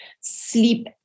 sleep